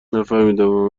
نفهمیدم